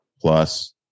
plus